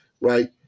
right